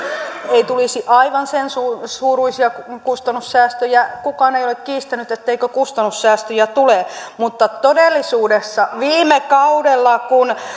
ei tulisi aivan sen suuruisia kustannussäästöjä niin kukaan ei ole kiistänyt etteikö kustannussäästöjä tule mutta todellisuudessa kun viime kaudella